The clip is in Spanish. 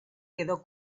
quedó